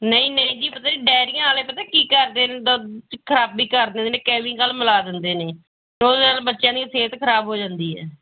ਨਹੀਂ ਨਹੀਂ ਜੀ ਪਤਾ ਜੀ ਡਾਇਰੀਆਂ ਵਾਲੇ ਪਤਾ ਕੀ ਕਰਦੇ ਨੇ ਦੁੱਧ 'ਚ ਖ਼ਰਾਬੀ ਕਰ ਦਿੰਦੇ ਨੇ ਕੈਮੀਕਲ ਮਿਲਾ ਦਿੰਦੇ ਨੇ ਅਤੇ ਉਹਦੇ ਨਾਲ ਬੱਚਿਆਂ ਦੀ ਸਿਹਤ ਖ਼ਰਾਬ ਹੋ ਜਾਂਦੀ ਹੈ